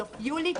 בסוף יולי,